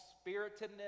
spiritedness